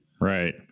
Right